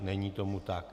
Není tomu tak.